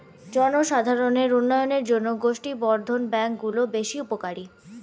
জনসাধারণের উন্নয়নের জন্য গোষ্ঠী বর্ধন ব্যাঙ্ক গুলো বেশ উপকারী